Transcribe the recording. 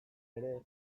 ere